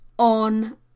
On